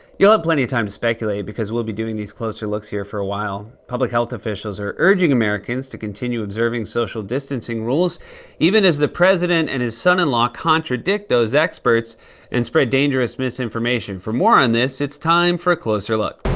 you'll have plenty of time to speculate because we'll be doing these closer looks here for a while. public health officials are urging americans to continue observing social distancing rules even as the president and his son-in-law contradict those experts and spread dangerous misinformation. for more on this, it's time for a closer look.